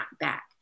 back